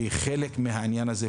כי חלק מהעניין הזה,